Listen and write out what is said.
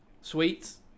sweets